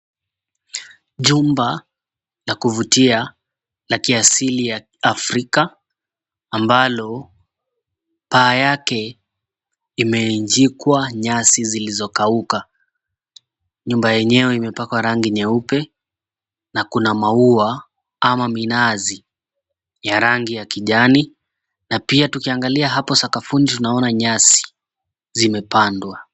Jumba la kuvutia la kiasili ya Afrika ambalo paa yake imeinjikwa nyasi zilizokauka. Nyumba yenyewe imepakwa rangi nyeupe na kuna maua ama minazi ya rangi ya kijani na pia tukiangalia hapo sakafuni tunaona nyasi zimepandwa.